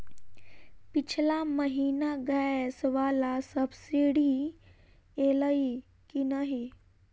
पिछला महीना गैस वला सब्सिडी ऐलई की नहि?